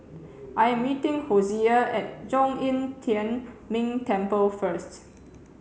I'm meeting Hosea at Zhong Yi Tian Ming Temple first